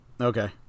Okay